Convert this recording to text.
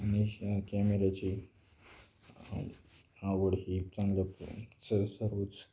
अशा कॅमेऱ्याची आ आवड ही चांगलं स सर्वच